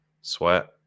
sweat